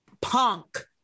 punk